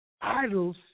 idols